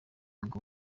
ngo